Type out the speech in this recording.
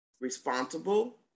responsible